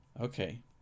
okay